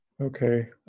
Okay